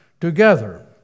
together